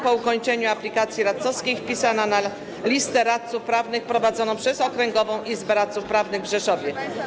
Po ukończeniu aplikacji radcowskiej wpisana na listę radców prawnych prowadzoną przez Okręgową Izbę Radców Prawnych w Rzeszowie.